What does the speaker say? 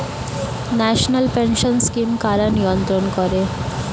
National pension scheme কারা নিয়ন্ত্রণ করে?